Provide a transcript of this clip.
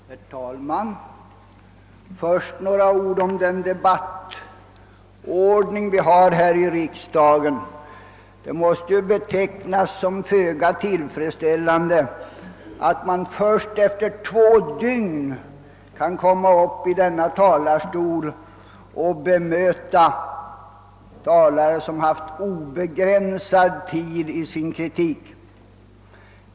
Herr talman! Först några ord om den debattordning vi har här i riksdagen. Det måste betecknas som föga tillfredsställande att man först efter två dygn får möjlighet att från denna talarstol bemöta talare som haft obegränsad tid för att framföra sin kritik.